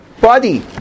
body